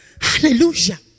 Hallelujah